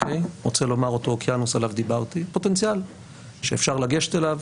רוצה לומר אותו אוקיינוס עליו דיברתי פוטנציאל שאפשר לגשת אליו,